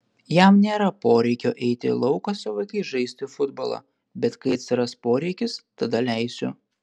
jam nėra poreikio eiti į lauką su vaikais žaisti futbolą bet kai atsiras poreikis tada leisiu